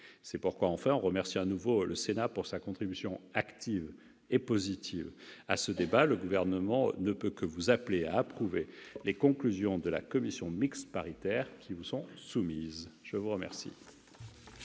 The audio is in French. C'est pourquoi, en remerciant de nouveau le Sénat de sa contribution active et positive à ce débat, le Gouvernement ne peut que vous appeler à approuver les conclusions de la commission mixte paritaire qui vous sont soumises. La parole